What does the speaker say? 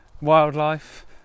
wildlife